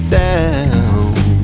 down